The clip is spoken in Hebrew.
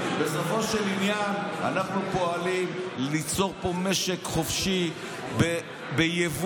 בסופו של עניין אנחנו פועלים ליצור פה משק חופשי ביבוא,